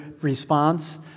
response